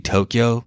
Tokyo